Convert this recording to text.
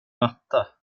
matta